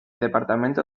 departamento